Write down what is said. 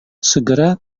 segera